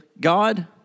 God